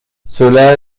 cela